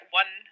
one